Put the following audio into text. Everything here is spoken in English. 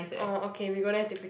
oh okay we go there to take picture